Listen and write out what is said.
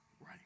right